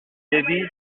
lévy